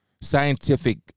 scientific